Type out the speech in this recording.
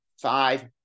five